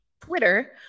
Twitter